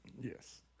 yes